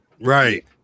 Right